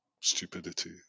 stupidity